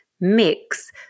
mix